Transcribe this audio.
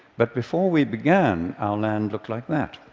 but before we began, our land looked like that.